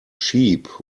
sheep